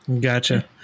Gotcha